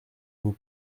nous